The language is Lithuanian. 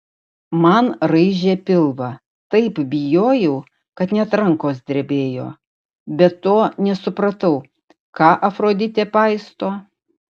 man raižė pilvą taip bijojau kad net rankos drebėjo be to nesupratau ką afroditė paisto